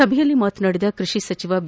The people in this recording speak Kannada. ಸಭೆಯಲ್ಲಿ ಮಾತನಾಡಿದ ಕೃಷಿ ಸಚಿವ ಬಿ